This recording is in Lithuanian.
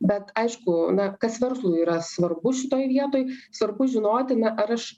bet aišku na kas verslui yra svarbu šitoj vietoj svarbu žinoti ne ar aš